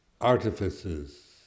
artifices